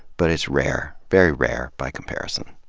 but it's rare, very rare, by comparison.